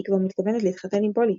היא כבר מתכוונת להתחתן עם פולי,